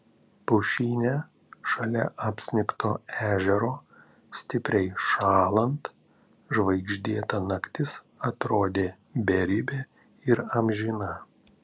pušyne šalia apsnigto ežero stipriai šąlant žvaigždėta naktis atrodė beribė ir amžina